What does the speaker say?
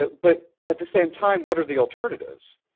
but but at the same time, what are the alternatives?